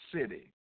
city